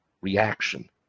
reaction